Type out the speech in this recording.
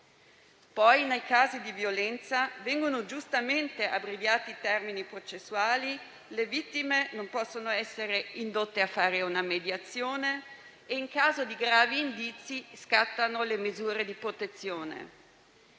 Poi, nei casi di violenza, vengono giustamente abbreviati i termini processuali: le vittime non possono essere indotte a fare una mediazione e, in caso di gravi indizi, scattano le misure di protezione.